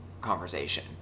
conversation